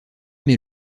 met